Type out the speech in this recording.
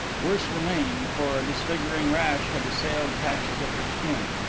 worse remained, for a disfiguring rash had assailed patches of her skin.